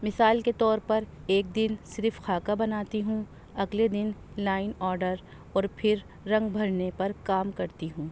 مثال کے طور پر ایک دن صرف خاکہ بناتی ہوں اگلے دن لائن آڈر اور پھر رنگ بھرنے پر کام کرتی ہوں